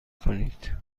کنید